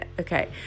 Okay